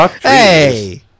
Hey